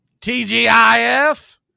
TGIF